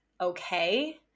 okay